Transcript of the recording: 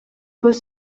көз